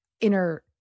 inner